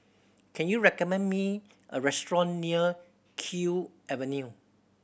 can you recommend me a restaurant near Kew Avenue